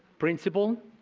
principal.